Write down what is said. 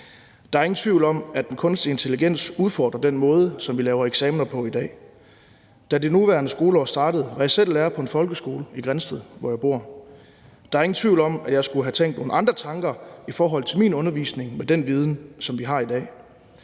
Der er ingen tvivl om, at den kunstige intelligens udfordrer den måde, som vi laver eksamener på i dag. Da det nuværende skoleår startede, var jeg selv lærer på en folkeskole i Grindsted, hvor jeg bor. Der er ingen tvivl om, at jeg skulle have tænkt nogle andre tanker i forhold til min undervisning med den viden, som vi har i dag.